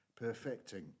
perfecting